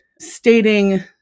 stating